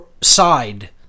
side